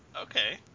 Okay